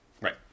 right